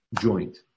joint